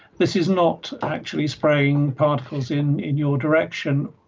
this is not actually spraying particles in in your direction,